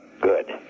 Good